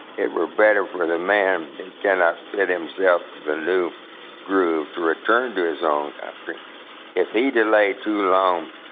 it were better for the man who cannot fit himself to the new groove to return to his own country if he delay too long,